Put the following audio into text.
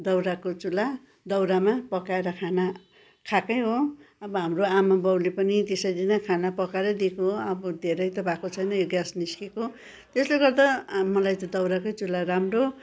दाउराको चुल्हा दाउरामा पकाएर खाना खाएकै हो अब हाम्रो आमा बाउले पनि त्यसरी नै खाना पकाएरै दिएको हो अब धेरै त भएको छैन यो ग्या निस्केको त्यसले गर्दा मलाई त दाउराकै चुल्हा राम्रो